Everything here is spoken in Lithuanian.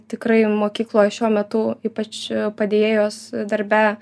tikrai mokykloje šiuo metu ypač padėjėjos darbe